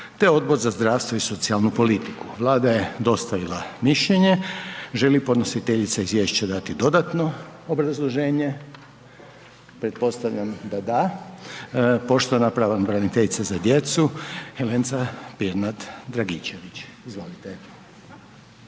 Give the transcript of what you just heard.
te Odbor za zdravstvo i socijalnu politiku. Vlada je dostavila mišljenje. Želi li podnositeljica Izvješća dati dodatno obrazloženje? Pretpostavljam da da. Poštovana pravobraniteljica za djecu Helenca Pirnat Dragičević. Izvolite.